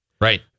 Right